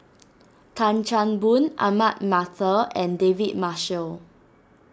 Tan Chan Boon Ahmad Mattar and David Marshall